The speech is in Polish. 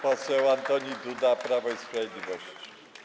Poseł Antoni Duda, Prawo i Sprawiedliwość.